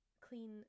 clean